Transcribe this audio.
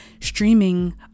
streaming